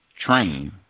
train